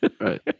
right